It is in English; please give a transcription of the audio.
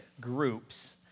groups